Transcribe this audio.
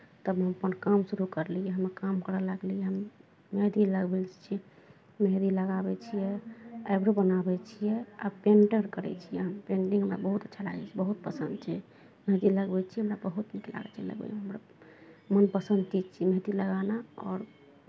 तब हम अपन काम शुरू करलियै हमर काम करय लागलियै हम मेहदी लगबै छियै मेहदी लगाबै छियै आइब्रो बनाबै छियै आ पेन्टर करै छियै हम पेन्टिंग हमरा बहुत अच्छा लागै छै बहुत पसन्द छै मेहदी लगबै छियै हमरा बहुत नीक लागै छै हमरा मनपसन्द चीज छियै मेहदी लगाना आओर